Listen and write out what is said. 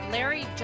Larry